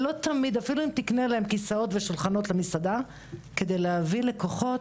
לא תמיד יעזור אם תקנה להם כיסאות ושולחנות למסעדה; כדי להביא לקוחות,